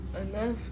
Enough